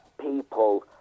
people